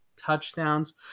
touchdowns